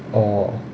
orh